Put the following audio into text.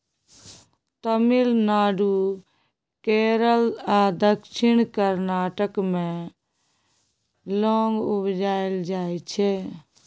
तमिलनाडु, केरल आ दक्षिण कर्नाटक मे लौंग उपजाएल जाइ छै